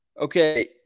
Okay